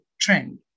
trend